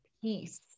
peace